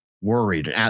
worried